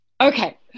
okay